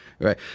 Right